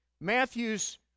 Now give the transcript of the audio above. Matthew's